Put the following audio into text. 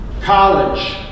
college